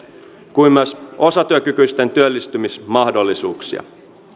kuin myös osatyökykyisten työllistymismahdollisuuksia